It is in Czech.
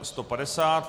150.